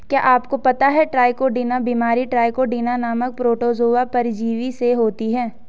क्या आपको पता है ट्राइकोडीना बीमारी ट्राइकोडीना नामक प्रोटोजोआ परजीवी से होती है?